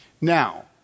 Now